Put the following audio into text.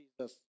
Jesus